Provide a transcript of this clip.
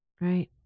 right